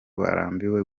barambiwe